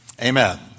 Amen